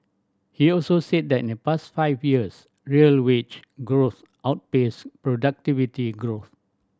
he also said that in the past five years real wage growth outpaced productivity growth